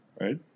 right